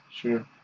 sure